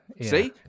see